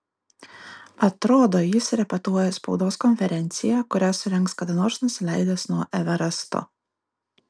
atrodo jis repetuoja spaudos konferenciją kurią surengs kada nors nusileidęs nuo everesto